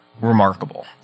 remarkable